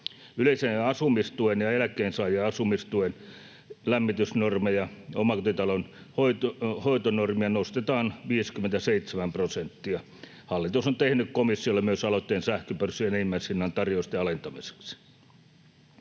Yleisen asumistuen ja eläkkeensaajien asumistuen lämmitysnormia ja omakotitalon hoitonormia nostetaan 57 prosenttia. Hallitus on tehnyt komissiolle myös aloitteen sähköpörssin enimmäishinnan tarjousten alentamiseksi.